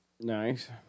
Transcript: Nice